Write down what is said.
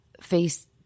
face